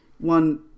one